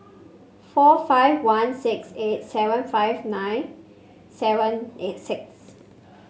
four five one six eight seven five nine seven eight six